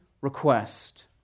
request